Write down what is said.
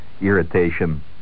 irritation